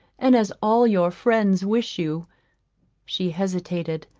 and as all your friends wish you she hesitated.